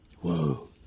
Whoa